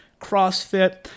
CrossFit